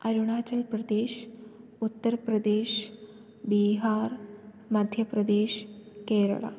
Arunachal Pradesh Uttar Pradesh Bihar Madhya Pradesh Keralam